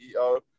CEO